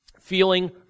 feeling